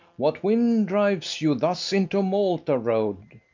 what wind drives you thus into malta-road?